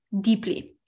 deeply